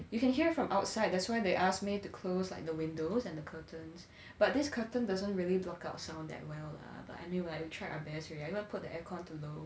you can hear from outside that's why they asked me to close like the windows and the curtains but this curtain doesn't really block out sound that well lah but I mean like we tried our best already I even put the aircon to low